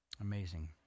Amazing